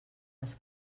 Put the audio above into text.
les